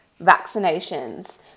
Vaccinations